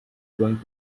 going